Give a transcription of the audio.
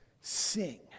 sing